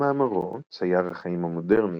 במאמרו "צייר החיים המודרניים",